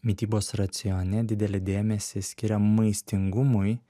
mitybos racione didelį dėmesį skiria maistingumui